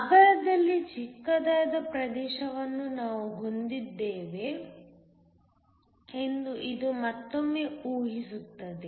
ಅಗಲದಲ್ಲಿ ಚಿಕ್ಕದಾದ ಪ್ರದೇಶವನ್ನು ನಾವು ಹೊಂದಿದ್ದೇವೆ ಎಂದು ಇದು ಮತ್ತೊಮ್ಮೆ ಊಹಿಸುತ್ತದೆ